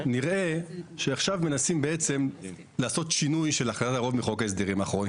נראה שעכשיו מנסים בעצם לעשות שינוי של --- הרוב מחוק ההסדרים האחרון,